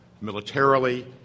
militarily